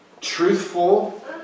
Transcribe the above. truthful